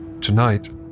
Tonight